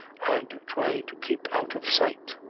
and trying to keep out of sight.